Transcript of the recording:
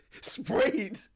sprayed